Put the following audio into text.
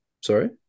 Sorry